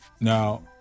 Now